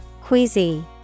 Queasy